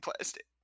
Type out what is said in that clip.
plastic